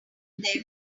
there